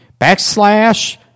backslash